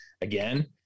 again